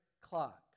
clock